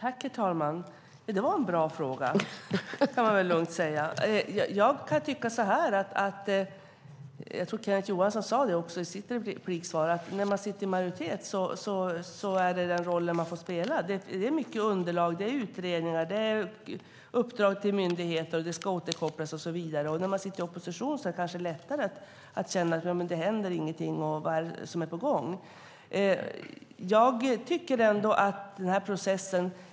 Herr talman! Det var en bra fråga. Som jag tror att Kenneth Johansson också sade är det rollen man får spela när man sitter i majoritet. Det är mycket underlag, utredningar, uppdrag till myndigheter och återkopplingar. När man sitter i opposition är det lättare att känna att det inte händer något och att inget är på gång.